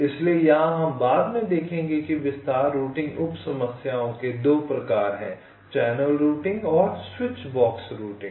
इसलिए यहाँ हम बाद में देखेंगे कि विस्तार रूटिंग उप समस्याओं के 2 प्रकार हैं चैनल रूटिंग और स्विच बॉक्स रूटिंग